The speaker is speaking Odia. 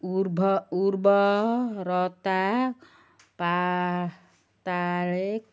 ଉର୍ବରତା ପାତାଳେ